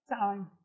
time